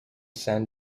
san